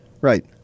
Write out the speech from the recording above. Right